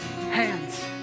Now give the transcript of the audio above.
hands